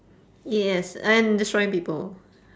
yes and destroying people